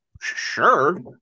sure